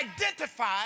identify